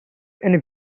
and